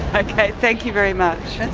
ah ok, thank you very much.